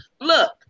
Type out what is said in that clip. look